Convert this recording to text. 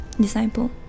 Disciple